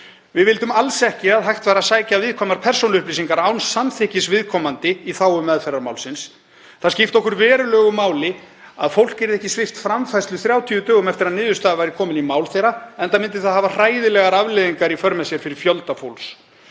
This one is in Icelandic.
Við vildum alls ekki að hægt væri að sækja viðkvæmar persónuupplýsingar án samþykkis viðkomandi í þágu meðferðar málsins. Það skipti okkur verulegu máli að fólk yrði ekki svipt framfærslu 30 dögum eftir að niðurstaða væri komin í mál þeirra, enda myndi það hafa hræðilegar afleiðingar í för með sér fyrir fjölda fólks.